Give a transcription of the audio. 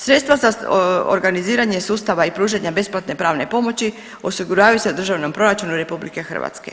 Sredstva za organiziranje sustava i pružanje besplatne pravne pomoći osiguravaju se u Državnom proračunu RH.